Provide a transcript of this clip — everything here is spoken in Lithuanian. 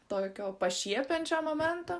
tokio pašiepiančio momento